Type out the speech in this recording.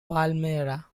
palmyra